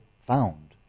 found